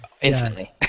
instantly